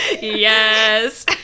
Yes